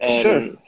Sure